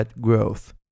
growth